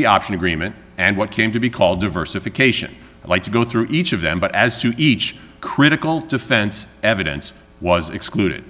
the option agreement and what came to be called diversification i'd like to go through each of them but as to each critical defense evidence was excluded